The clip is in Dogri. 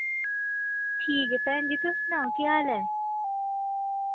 ठीक ऐ भैन जी तुस सनाओ केह् हाल ऐ